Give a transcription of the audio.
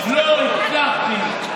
לא הצלחתי,